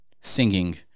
Singing